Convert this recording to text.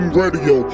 radio